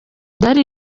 byari